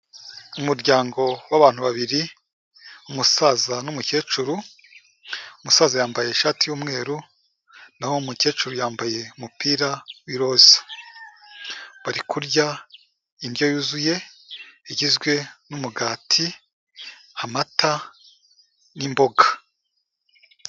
Umuryango w'abantu babiri, umusaza n'umukecuru, umusaza yambaye ishati y'umweru, n'aho umukecuru yambaye umupira w'iroza, bari kurya indyo yuzuye, igizwe n'umugati, amata n'imboga.